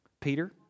Peter